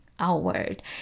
outward